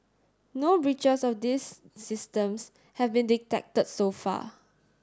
no breaches of these systems have been detected so far